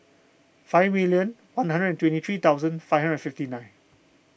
five million one hundred and twenty three thousand five hundred and fifty nine